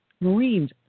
marines